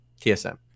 TSM